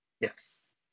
Yes